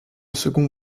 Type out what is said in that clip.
second